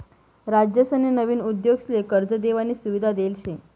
राज्यसनी नवीन उद्योगसले कर्ज देवानी सुविधा देल शे